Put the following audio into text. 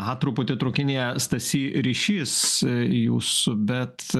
aha truputį trūkinėja stasy ryšys jūsų bet